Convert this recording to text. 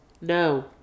no